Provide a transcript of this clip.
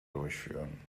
durchführen